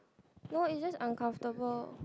no it's just uncomfortable